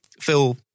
Phil